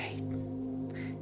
right